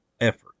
effort